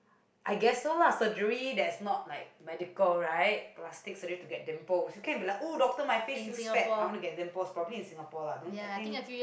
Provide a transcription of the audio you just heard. I guess so lah surgery that's not like medical right plastic surgery to get dimples you can but like oh doctor my face feels fat I want to get dimples probably in Singapore lah don't I think